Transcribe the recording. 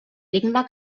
digne